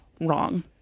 wrong